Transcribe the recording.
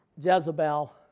Jezebel